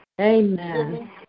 Amen